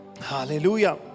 Hallelujah